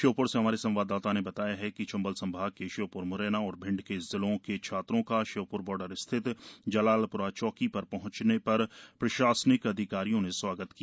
show र से हमारे संवाददाता ने बताया है कि चंबल संभाग के श्यो र म्रैना और भिंड के जिलो के छात्रों का श्योपुर बॉर्डर स्थित जलालपुरा चौकी ार शह्चने ार प्रशासनिक अधिकारियों ने स्वागत किया